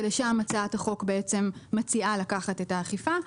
שלשם הצעת החוק בעצם מציעה לקחת את האכיפה,